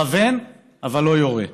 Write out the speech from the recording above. מכוון אבל לא יורה.